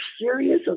serious